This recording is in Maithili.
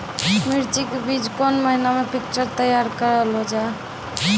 मिर्ची के बीज कौन महीना मे पिक्चर तैयार करऽ लो जा?